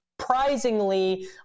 surprisingly